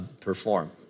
perform